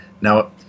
Now